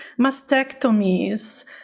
mastectomies